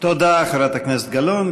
תודה, חברת הכנסת גלאון.